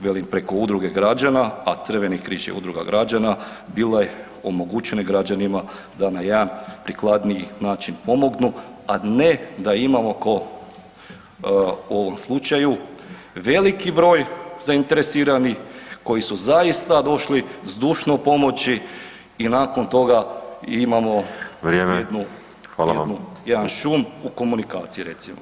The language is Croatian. velim, preko udruge građana, a crveni križ je udruga građana, bile omogućene građanima da na jedan prikladniji način pomognu, a ne da imamo ko u ovom slučaju veliki broj zainteresiranih koji su zaista došli zdušno pomoći i nakon toga imamo [[Upadica: Vrijeme, hvala vam]] jednu, jednu, jedan šum u komunikaciji recimo.